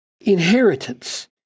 inheritance